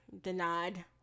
denied